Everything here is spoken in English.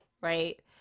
Right